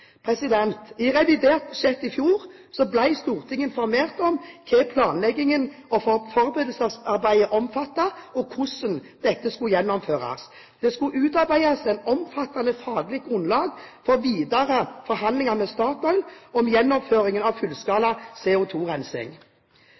I revidert budsjett i fjor ble Stortinget informert om hva planleggingen og forberedelsesarbeidet omfattet, og hvordan dette skulle gjennomføres. Det skulle utarbeides et omfattende faglig grunnlag for videre forhandlinger med Statoil om gjennomføringen av